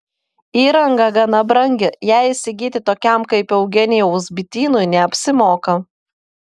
įranga gana brangi ją įsigyti tokiam kaip eugenijaus bitynui neapsimoka